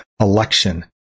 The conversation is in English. election